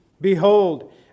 Behold